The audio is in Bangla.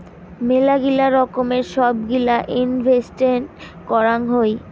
মেলাগিলা রকমের সব গিলা ইনভেস্টেন্ট করাং হই